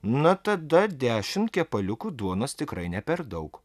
na tada dešimt kepaliukų duonos tikrai ne per daug